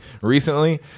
recently